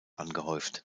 angehäuft